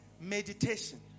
Meditation